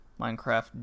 minecraft